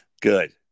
good